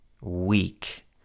weak